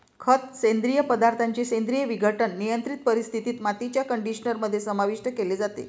खत, सेंद्रिय पदार्थांचे सेंद्रिय विघटन, नियंत्रित परिस्थितीत, मातीच्या कंडिशनर मध्ये समाविष्ट केले जाते